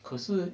可是